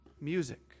music